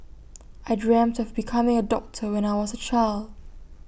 I dreamt of becoming A doctor when I was A child